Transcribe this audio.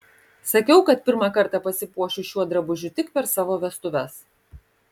sakiau kad pirmą kartą pasipuošiu šiuo drabužiu tik per savo vestuves